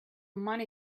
money